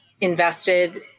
invested